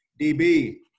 DB